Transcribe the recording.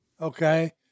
okay